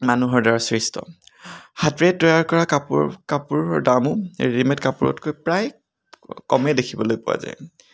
মানুহৰ দ্বাৰা সৃষ্ট হাতেৰে তৈয়াৰ কৰা কাপোৰৰ কাপোৰৰ দামো ৰেডিমেড কাপোৰতকৈ প্ৰায় কমেই দেখিবলৈ পোৱা যায়